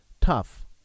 tough